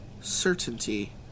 certainty